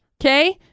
Okay